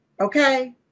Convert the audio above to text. okay